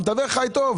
המתווך חי טוב.